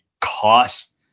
cost